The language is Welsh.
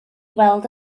weld